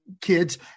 kids